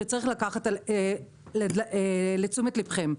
שצריך לקחת לתשומת ליבכם.